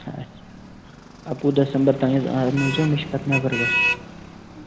اَچھا اَکوُہ دسمبر تانۍ حظ اَنہٕ نٲیزیو مےٚ چھُ پتہٕ نٮ۪بر گَژھن